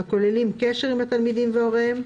הכוללים קשר עם התלמידים והוריהם,